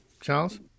Charles